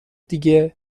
دیگه